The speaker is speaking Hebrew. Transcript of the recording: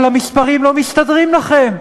אבל המספרים לא מסתדרים לכם.